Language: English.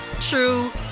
true